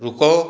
रुको